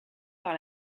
par